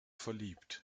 verliebt